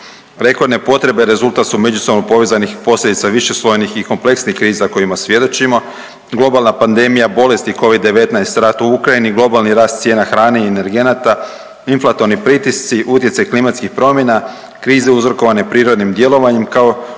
Rekordne potrebe rezultat su međusobno povezanih posljedica višeslojnih i kompleksnih kriza kojima svjedočimo. Globalna pandemija bolesti covid-19, rat u Ukrajini, globalni rast cijena hrane i energenata, inflatorni pritisci, utjecaj klimatskih promjena, krize uzrokovane prirodnim djelovanjem